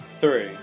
Three